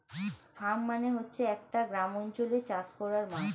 farm মানে হচ্ছে একটা গ্রামাঞ্চলে চাষ করার মাঠ